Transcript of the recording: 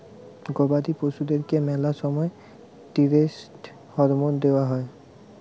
গবাদি পশুদেরকে ম্যালা সময় ষ্টিরৈড হরমোন লওয়া হতিছে